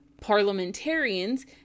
Parliamentarians